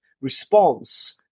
response